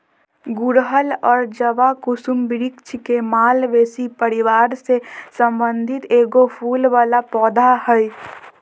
गुड़हल और जवाकुसुम वृक्ष के मालवेसी परिवार से संबंधित एगो फूल वला पौधा हइ